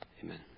Amen